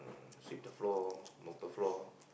sweep the floor mop the floor